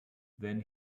then